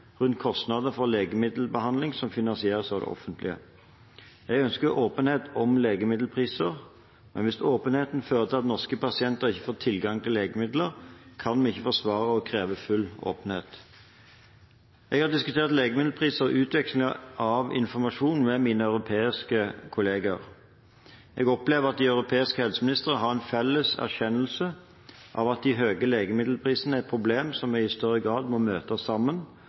rundt kostnader for legemiddelbehandling som finansieres av det offentlige. Jeg ønsker åpenhet om legemiddelpriser, men hvis åpenheten fører til at norske pasienter ikke får tilgang til legemidler, kan vi ikke forsvare å kreve full åpenhet. Jeg har diskutert legemiddelpriser og utveksling av informasjon med mine europeiske kolleger. Jeg opplever at de europeiske helseministerne har en felles erkjennelse av at de høye legemiddelprisene er et problem som vi i større grad må møte sammen,